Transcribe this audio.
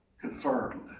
confirmed